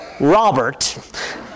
Robert